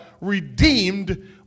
Redeemed